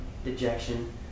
dejection